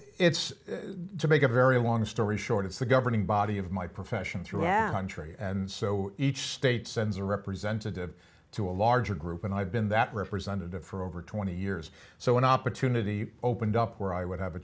it's to make a very long story short it's the governing body of my profession throughout the country and so each state sends a representative to a larger group and i've been that representative for over twenty years so an opportunity opened up where i would have a